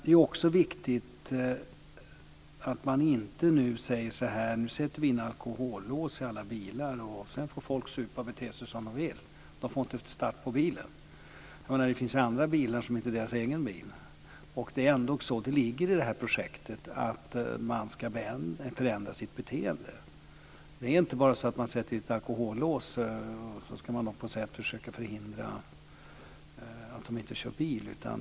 Det är också viktigt att vi inte nu säger att vi sätter in alkolås i alla bilar och att folk sedan får supa och bete sig som de vill. De kan inte starta bilen, men det finns ju andra bilar som inte är deras egna. Det ligger i detta projekt att man ska förändra sitt beteende. Vi kan inte bara sätta in alkolås och på så sätt försöka förhindra att de kör bil.